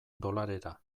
dolarera